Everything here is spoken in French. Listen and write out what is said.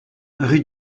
rue